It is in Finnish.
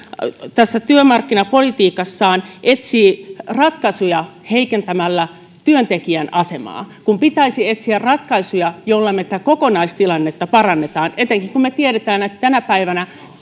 työmarkkinapolitiikassaan etsii ratkaisuja heikentämällä työntekijän asemaa kun pitäisi etsiä ratkaisuja joilla me tätä kokonaistilannetta parannamme etenkin kun me tiedämme että tänä päivänä